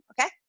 Okay